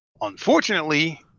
Unfortunately